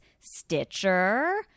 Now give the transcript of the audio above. Stitcher